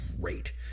great